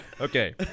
Okay